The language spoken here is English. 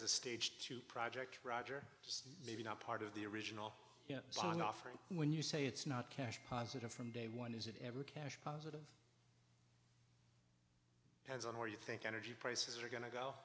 s a stage two project roger just maybe not part of the original song offering when you say it's not cash positive from day one is it ever cash positive hands on where you think energy prices are going to